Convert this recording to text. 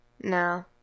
No